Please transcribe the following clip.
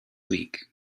week